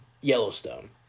Yellowstone